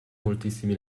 moltissimi